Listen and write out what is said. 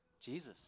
Jesus